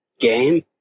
game